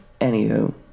Anywho